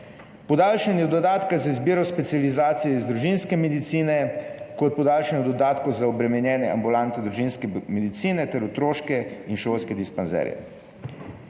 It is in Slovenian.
podaljšanje dodatka za izbiro specializacije iz družinske medicine kot podaljšanje dodatkov za obremenjene ambulante družinske medicine ter otroške in šolske dispanzerje.